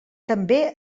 també